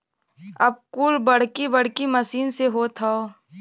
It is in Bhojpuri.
अब कुल बड़की बड़की मसीन से होत हौ